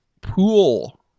pool